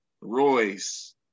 Royce